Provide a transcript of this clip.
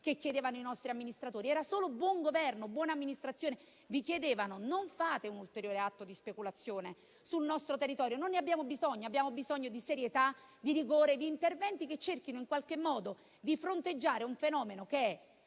che chiedevano i nostri amministratori: solo buongoverno e buona amministrazione. Vi chiedevano di non fare un ulteriore atto di speculazione sul nostro territorio, del quale non abbiamo bisogno. Abbiamo bisogno di serietà, di rigore e di interventi che cerchino in qualche modo di fronteggiare un fenomeno che è